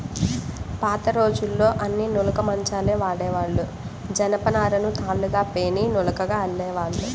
పాతరోజుల్లో అన్నీ నులక మంచాలే వాడేవాళ్ళు, జనపనారను తాళ్ళుగా పేని నులకగా అల్లేవాళ్ళు